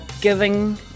giving